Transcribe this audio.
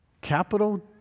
capital